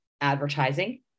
advertising